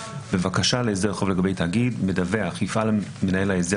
בבקשה להסדר חוב לגבי תאגיד מדווח יפעל מנהל ההסדר